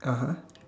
(uh huh)